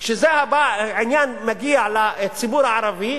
כשהעניין מגיע לציבור הערבי,